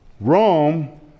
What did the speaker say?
Rome